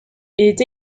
est